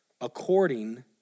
According